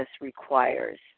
requires